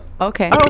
Okay